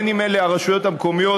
אם אלה הרשויות המקומיות,